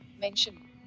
mention